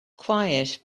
quiet